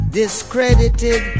discredited